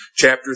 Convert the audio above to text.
chapter